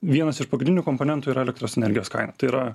vienas iš pagrindinių komponentų yra elektros energijos kaina tai yra